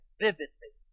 vividly